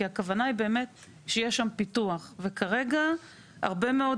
כי הכוונה היא באמת שיהיה שם פיתוח וכרגע הרבה מאוד